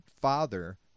father